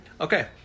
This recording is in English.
Okay